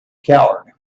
coward